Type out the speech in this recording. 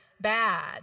bad